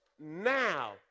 now